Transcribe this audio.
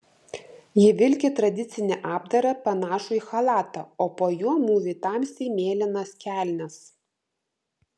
ji vilki tradicinį apdarą panašų į chalatą o po juo mūvi tamsiai mėlynas kelnes